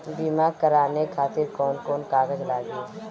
बीमा कराने खातिर कौन कौन कागज लागी?